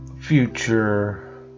future